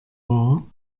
war